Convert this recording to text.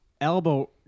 elbow